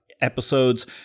episodes